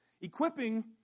Equipping